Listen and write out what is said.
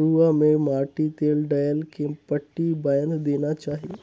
रुआ में माटी तेल डायल के पट्टी बायन्ध देना चाही